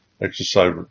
exercise